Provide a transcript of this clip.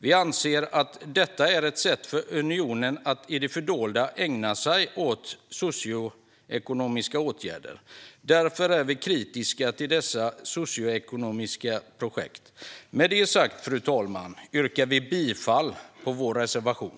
Vi anser att detta är ett sätt för unionen att i det fördolda ägna sig åt socioekonomiska åtgärder. Därför är vi kritiska till dessa socioekonomiska projekt. Med det sagt, fru talman, yrkar vi bifall till vår reservation.